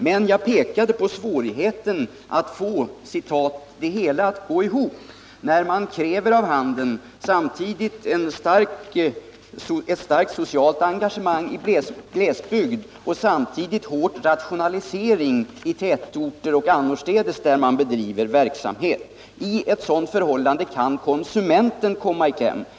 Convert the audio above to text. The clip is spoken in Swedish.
Men jag pekade på svårigheten att få ”det hela att gå ihop” när man samtidigt av handeln kräver starkt socialt engagemang i glesbygd och hård rationalisering i tätorter och annorstädes där man bedriver verksamhet. I ett sådant förhållande kan konsumenten komma i kläm.